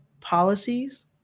policies